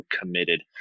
committed